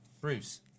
Bruce